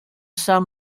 san